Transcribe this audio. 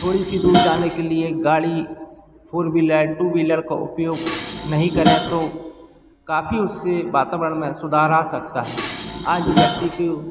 थोड़ी सी दूर जाने के लिए गाड़ी फोर व्हिलर टू विलर का उपयोग नहीं करें तो काफ़ी उससे वातावरण में सुधार आ सकता है आज व्यक्ति क्यों